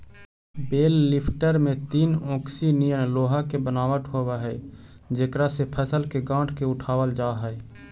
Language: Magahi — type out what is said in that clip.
बेल लिफ्टर में तीन ओंकसी निअन लोहा के बनावट होवऽ हई जेकरा से फसल के गाँठ के उठावल जा हई